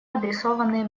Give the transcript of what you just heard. адресованные